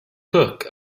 cooke